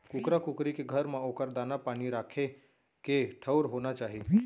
कुकरा कुकरी के घर म ओकर दाना, पानी राखे के ठउर होना चाही